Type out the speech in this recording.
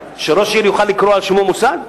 שראש עיר יוכל לקרוא על שמו מוסד?